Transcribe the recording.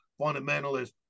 fundamentalists